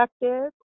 effective